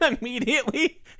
immediately